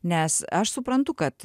nes aš suprantu kad